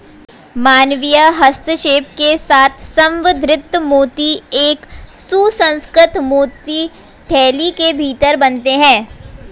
मानवीय हस्तक्षेप के साथ संवर्धित मोती एक सुसंस्कृत मोती थैली के भीतर बनते हैं